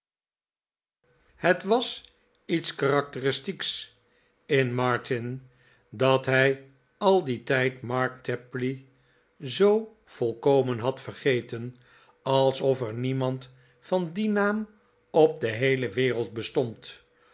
het was iets karakteristieks in martin dat hij al dien tijd mark tapley zoo volkomen had vergeten alsof er niemand van dien naam op de wereld bestond